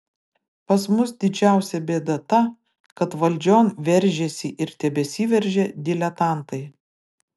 pas mus didžiausia bėda ta kad valdžion veržėsi ir tebesiveržia diletantai